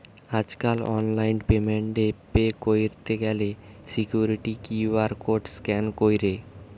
আজকাল online payment এ pay কইরতে গ্যালে সিকুইরিটি কিউ.আর কোড স্ক্যান কইরে